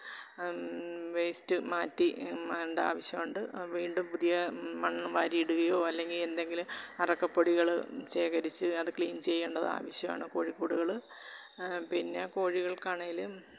waste മാറ്റി മാണ്ടാ ആവശ്യമുണ്ട് വീണ്ടും പുതിയ മണ്ണ് വാരിയിടുകയോ അല്ലെങ്കിൽ എന്തെങ്കിലും അറക്കപ്പൊടികൾ ശേഖരിച്ചു അത് ക്ലീന് ചെയ്യേണ്ടത് ആവമാണ് കോഴിക്കൂടുകൾ പിന്നെ കോഴികള്ക്ക് ആണെങ്കിലും